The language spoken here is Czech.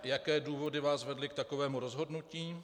Jaké důvody vás vedly k takovému rozhodnutí?